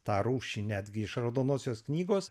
tą rūšį netgi iš raudonosios knygos